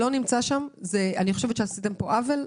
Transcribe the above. אני חושבת שעשיתם פה עוולה,